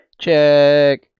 Check